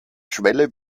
schwelle